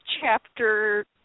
chapter